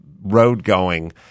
road-going